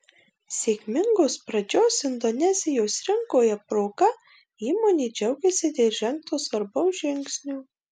sėkmingos pradžios indonezijos rinkoje proga įmonė džiaugiasi dėl žengto svarbaus žingsnio